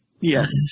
Yes